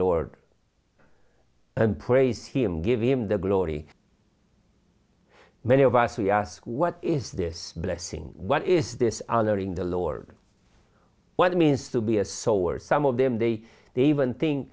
lord and praise him give him the glory many of us we ask what is this blessing what is this honoring the lord what it means to be a soul or some of them they they even thin